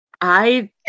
I-